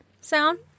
sound